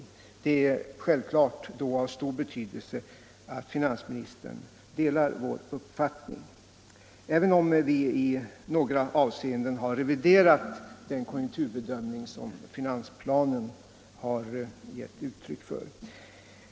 Även om utskottet i några avseenden har reviderat den konjunkturbedömning som finansplanen givit uttryck för, är det självfallet av stor betydelse att finansministern delar vår uppfattning.